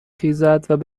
خیزد